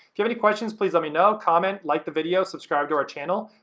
have any questions please let me know. comment, like the video, subscribe to our channel.